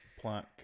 Plaque